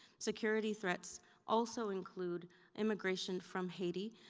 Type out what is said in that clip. security threats also include immigration from haiti,